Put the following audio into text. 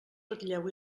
ratlleu